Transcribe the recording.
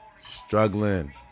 struggling